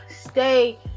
stay